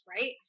right